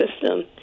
system